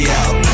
out